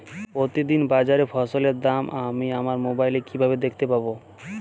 প্রতিদিন বাজারে ফসলের দাম আমি আমার মোবাইলে কিভাবে দেখতে পাব?